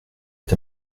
est